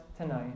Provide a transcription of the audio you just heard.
tonight